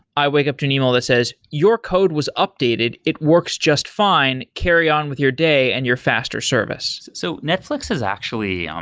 i wake up to an email that says, your code was updated. it works just fine. carry on with your day, and your faster service. so, netflix has actually, um